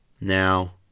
Now